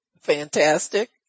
fantastic